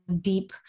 deep